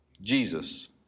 Jesus